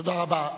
תודה רבה.